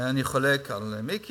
אני חולק על מיקי.